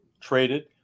traded